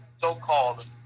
so-called